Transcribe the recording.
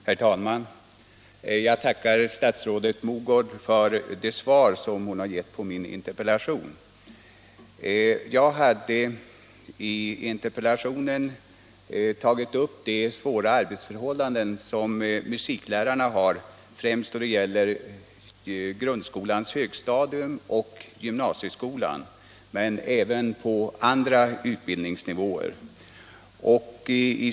Herr talman! Jag tackar statsrådet Mogård för det svar som hon har gett på min interpellation. Jag hade i interpellationen tagit upp de svåra arbetsförhållanden som musiklärarna har, främst då det gäller grundskolans högstadium och gymnasieskolan men även på andra utbildningsnivåer.